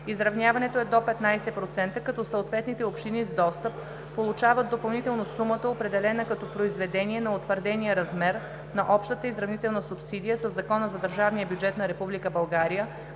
Изравняването е до 15%, като съответните общини с достъп получават допълнително сумата, определена като произведение на утвърдения размер на общата изравнителна субсидия със Закона за държавния бюджет на